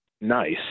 Nice